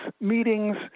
meetings